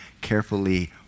carefully